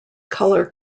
color